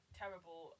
terrible